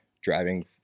driving